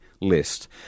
list